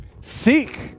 Seek